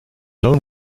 loon